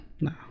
No